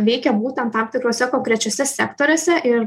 veikia būtent tam tikruose konkrečiuose sektoriuose ir